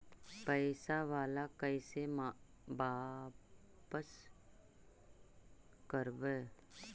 पैसा बाला कैसे बापस करबय?